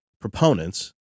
proponents